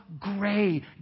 gray